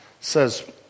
says